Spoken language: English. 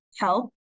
help